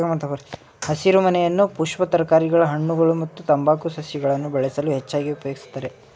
ಹಸಿರುಮನೆಯನ್ನು ಪುಷ್ಪ ತರಕಾರಿಗಳ ಹಣ್ಣುಗಳು ಮತ್ತು ತಂಬಾಕು ಸಸಿಗಳನ್ನು ಬೆಳೆಸಲು ಹೆಚ್ಚಾಗಿ ಉಪಯೋಗಿಸ್ತರೆ